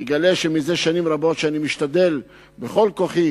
יגלה שזה שנים רבות שאני משתדל בכל כוחי